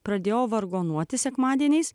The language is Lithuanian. pradėjo vargonuoti sekmadieniais